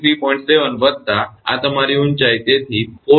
7 વત્તા આ તમારી ઊંચાઇ તેથી 402